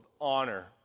honor